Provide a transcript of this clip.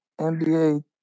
NBA